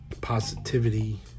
positivity